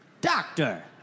doctor